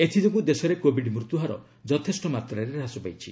ଏଥିଯୋଗୁଁ ଦେଶରେ କୋବିଡ୍ ମୃତ୍ୟୁହାର ଯଥେଷ୍ଟ ମାତ୍ରାରେ ହ୍ରାସ ପାଇଛି